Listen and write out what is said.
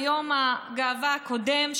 ביום הגאווה הקודם,